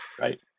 Right